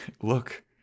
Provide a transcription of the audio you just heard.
look